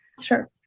sure